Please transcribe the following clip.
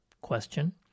question